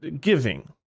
giving